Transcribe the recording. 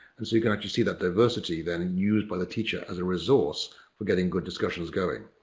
and so, you can actually see the diversity then used by the teacher as a resource for getting good discussions going.